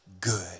good